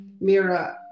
Mira